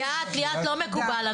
ליאת, ליאת, לא מקובל.